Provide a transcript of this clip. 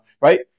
Right